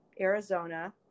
Arizona